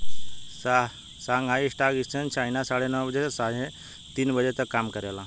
Shanghai stock exchange China साढ़े नौ बजे से सांझ तीन बजे तक काम करेला